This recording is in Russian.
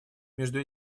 между